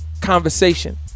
conversation